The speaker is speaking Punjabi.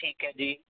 ਠੀਕ ਹੈ ਜੀ